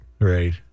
Right